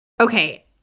Okay